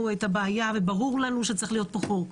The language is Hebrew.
את הבעיה וברור שצריך להיות פה חוק.